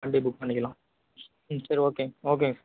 வண்டி புக் பண்ணிக்கலாம் ம் சரி ஓகேங்க ஓகேங்க